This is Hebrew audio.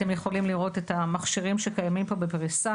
אתם יכולים לראות את המכשירים שקיימים פה בפריסה,